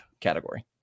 category